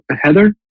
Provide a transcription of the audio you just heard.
Heather